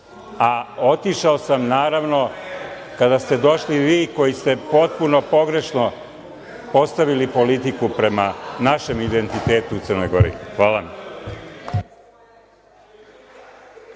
tamo. Otišao sam naravno kada ste došli vi koji ste potpuno pogrešno postavili politiku prema našem identitetu u Crnoj Gori. Hvala